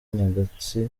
nyakatsi